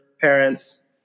parents